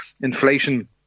inflation